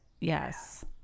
yes